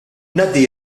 ngħaddi